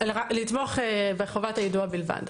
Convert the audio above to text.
לתמוך בחובת היידוע בלבד.